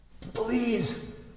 Please